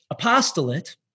apostolate